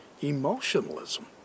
emotionalism